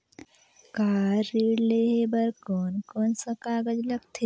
Car ऋण लेहे बार कोन कोन सा कागज़ लगथे?